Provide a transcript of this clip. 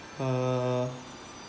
uh